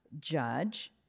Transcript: judge